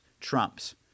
trumps